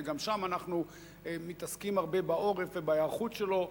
וגם שם אנחנו מתעסקים הרבה בעורף ובהיערכות שלו,